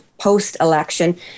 post-election